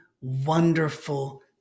wonderful